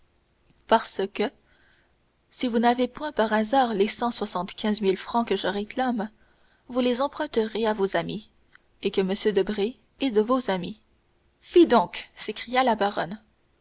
parce que si vous n'avez point par hasard les cent soixante-quinze mille francs que je réclame vous les emprunterez à vos amis et que m debray est de vos amis fi donc s'écria la baronne